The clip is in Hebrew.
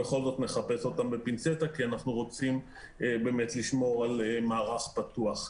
בכל זאת נחפש אותן בפינצטה כי אנחנו רוצים לשמור על מערך פתוח.